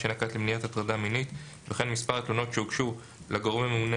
שנקט למניעת הטרדה מינית וכן מספר התלונות שהוגשו לגורם הממונה